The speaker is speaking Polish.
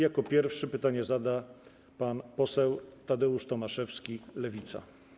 Jako pierwszy pytanie zada pan poseł Tadeusz Tomaszewski, Lewica.